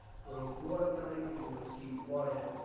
for a fortnight we must keep quiet,